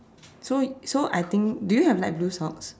so so I think do you have light blue socks